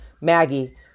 Maggie